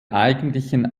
eigentlichen